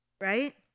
right